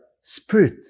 spirit